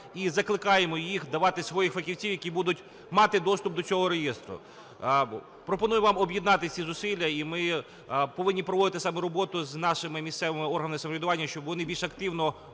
і закликаємо їх давати своїх фахівців, які будуть мати доступ до цього реєстру. Пропоную вам об'єднати всі зусилля. І ми повинні проводити саме роботу з нашими місцевими органами самоврядування, щоб вони більш активно